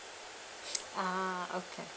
ah okay